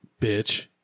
bitch